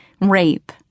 rape